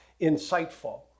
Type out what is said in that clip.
insightful